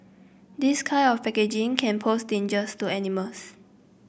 this kind of packaging can pose dangers to animals